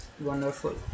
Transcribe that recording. Wonderful